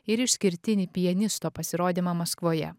ir išskirtinį pianisto pasirodymą maskvoje